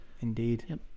Indeed